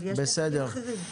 אבל יש נציגים אחרים.